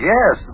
Yes